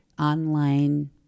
online